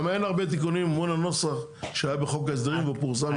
גם אין הרבה תיקונים מול הנוסח שהיה בחוק ההסדרים והוא פורסם מזמן.